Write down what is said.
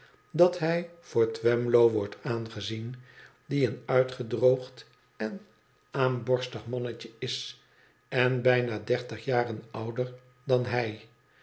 dat hij voor twemlow wordt aangezien die een uitgedroogd en aamborstig mannetje is en bijna dertig jaren ouder dan hij